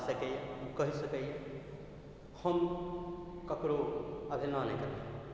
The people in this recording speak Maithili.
बाजि सकैए कहि सकैए हम ककरो अवहेलना नहि करबै